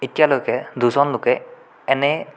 এতিয়ালৈকে দুজন লোকে এনে